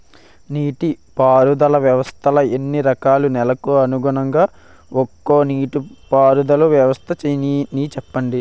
నీటి పారుదల వ్యవస్థలు ఎన్ని రకాలు? నెలకు అనుగుణంగా ఒక్కో నీటిపారుదల వ్వస్థ నీ చెప్పండి?